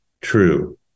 True